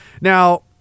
Now